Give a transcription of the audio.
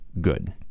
good